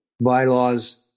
bylaws